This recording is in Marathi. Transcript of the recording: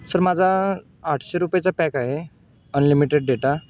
सर माझा आठशे रुपयेचा पॅक आहे अनलिमिटेड डेटा